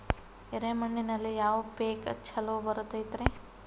ಎರೆ ಮಣ್ಣಿನಲ್ಲಿ ಯಾವ ಪೇಕ್ ಛಲೋ ಬರತೈತ್ರಿ?